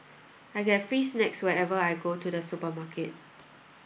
I get free snacks whenever I go to the supermarket